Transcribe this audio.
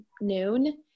noon